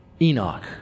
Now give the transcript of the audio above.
Enoch